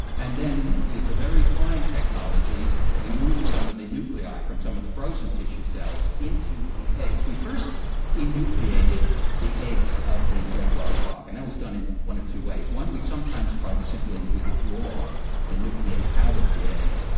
and then with a very fine technology we moved some of the nuclei from some of the frozen tissue cells into these eggs. we first enucleated the eggs of the great barred frog and that was done in one of two ways. one, we sometimes tried to simply withdraw the nucleus out of the egg,